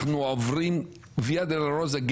אנחנו עוברים ויה דולורוזה,